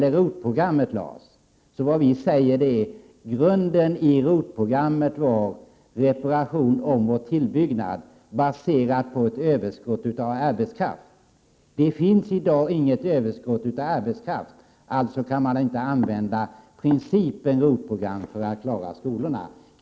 ROT-programmet — reparation, omoch tillbyggnad — var baserat på ett överskott av arbetskraft. Det finns i dag inget överskott av byggarbetskraft. Alltså kan man inte använda principen för ROT-programmet för att rusta upp skolorna.